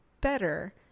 better